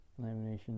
lamination